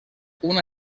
una